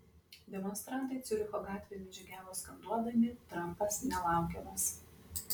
demonstrantai ciuricho gatvėmis žygiavo skanduodami trampas nelaukiamas